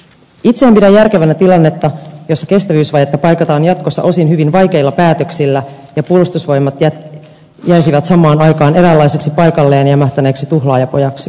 itse en pidä järkevänä tilannetta jossa kestävyysvajetta paikataan jatkossa osin hyvin vaikeilla päätöksillä ja puolustusvoimat jäisivät samaan aikaan eräänlaiseksi paikalleen jämähtäneeksi tuhlaajapojaksi